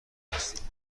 هستیم